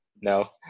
No